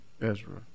Ezra